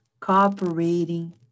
cooperating